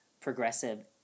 progressive